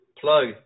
Plug